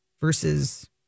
versus